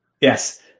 Yes